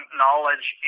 knowledge